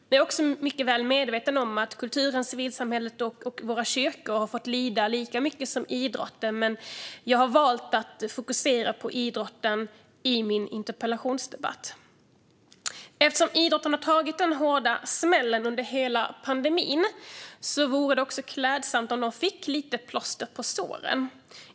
Jag är mycket väl medveten om att kulturen, civilsamhället och våra kyrkor har fått lida lika mycket som idrotten, men jag har valt att fokusera på idrotten i denna interpellationsdebatt. Eftersom idrotten har tagit den hårda smällen under hela pandemin vore det klädsamt av regeringen att ge den lite plåster på såren.